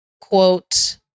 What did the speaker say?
quote